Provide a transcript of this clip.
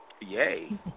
Yay